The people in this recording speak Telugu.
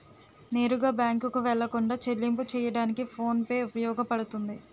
నేరుగా బ్యాంకుకు వెళ్లకుండా చెల్లింపు చెయ్యడానికి ఫోన్ పే ఉపయోగపడుతుంది